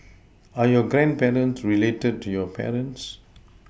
are your grandparents related to your parents